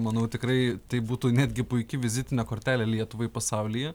manau tikrai tai būtų netgi puiki vizitinė kortelė lietuvai pasaulyje